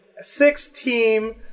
six-team